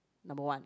number one